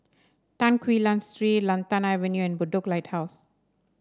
Tan Quee Lan Street Lantana Avenue and Bedok Lighthouse